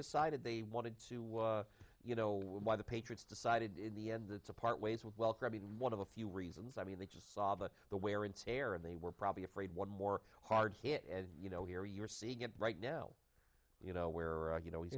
decided they wanted to was you know why the patriots decided in the end that to part ways with welker being one of the few reasons i mean they just saw the wear and tear and they were probably afraid one more hard hit and you know here you're seeing it right now you know where you know he's